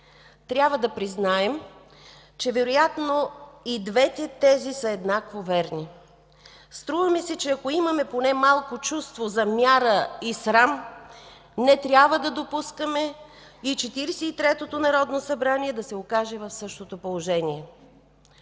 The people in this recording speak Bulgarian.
Трябва да признаем, че вероятно и двете тези са еднакво верни. Струва ми се, че ако имаме малко чувство за мяра и срам, не трябва да допускаме и Четиридесет и третото народно събрание да се окаже в същото положение.